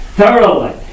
thoroughly